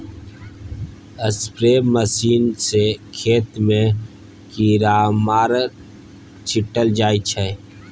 spray machine सँ खेत मे कीरामार छीटल जाइ छै